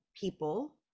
people